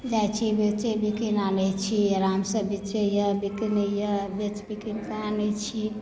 जाइ छी बेचय बिकनि आनय छी आरामसँ बेचैए बिकिने यऽ बेच बिकनिकेँ आनय छी